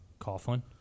Coughlin